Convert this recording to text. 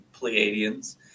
Pleiadians